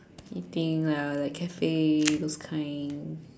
eating ya like cafes those kind